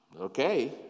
okay